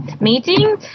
meeting